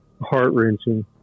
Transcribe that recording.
heart-wrenching